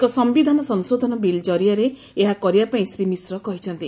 ଏକ ସଯିଧାନ ସଂଶୋଧନ ବିଲ୍ ଜରିଆରେ ଏହା କରିବା ପାଇଁ ଶ୍ରୀ ମିଶ୍ର କହିଛନ୍ତି